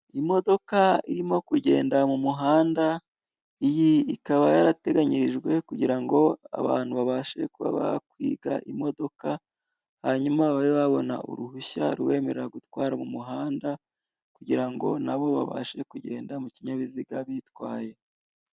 Imodoka irimo kugenda mu muhanda, iyi ikaba yarateganyirijwe kugira ngo abantu babashe kuba bakwiga imodoka, hanyuma babe babona uruhushya rubemerera gutwara mu muhanda kugira ngo nabo babashe kugenda mu kinyabiziga bitwaye.